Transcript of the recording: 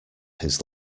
his